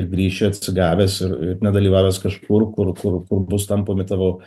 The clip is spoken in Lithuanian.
grįši atsigavęs ir ir nedalyvavęs kažkur kur kur kur bus tampomi tavo